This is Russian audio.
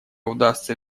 удастся